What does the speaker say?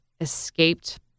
escaped